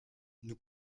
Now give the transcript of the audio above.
nous